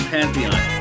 Pantheon